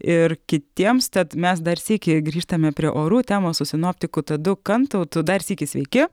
ir kitiems tad mes dar sykį grįžtame prie orų temos su sinoptikų tadu kantautu dar sykį sveiki